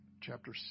chapter